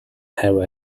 have